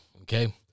Okay